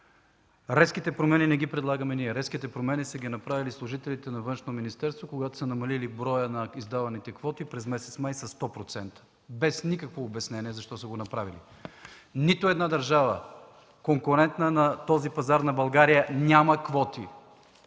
Резките промени не ги предлагаме ние, а са направени от служители във Външно министерство, които са намалили броя на издаваните квоти през месец май със 100% без никакво обяснение защо са го направили. Нито една държава, конкурентна на този пазар на България, няма квоти.